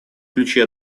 ключи